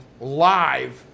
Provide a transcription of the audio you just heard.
live